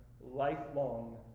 lifelong